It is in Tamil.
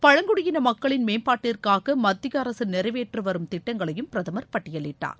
பழங்குடியின மக்களின் மேம்பாட்டிற்காக மத்திய அரசு நிறைவேற்றி வரும் திட்டங்களையும் பிரதமர் பட்டியலிட்டார்